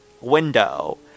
window